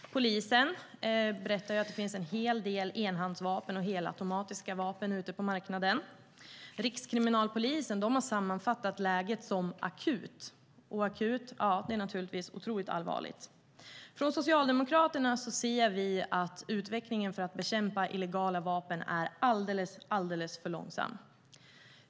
Polisen berättar att det finns en hel del enhandsvapen och helautomatiska vapen ute på marknaden. Rikskriminalpolisen har sammanfattat läget som akut. Akut är naturligtvis otroligt allvarligt. Vi socialdemokrater anser att utvecklingen för att bekämpa illegala vapen är alldeles för långsam.